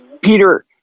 Peter